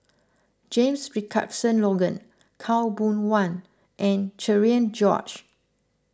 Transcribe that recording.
James Richardson Logan Khaw Boon Wan and Cherian George